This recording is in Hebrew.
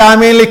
תאמין לי,